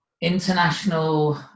international